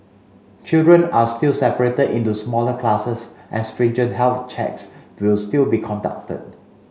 children are still separated into smaller classes and stringent health checks will still be conducted